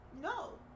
no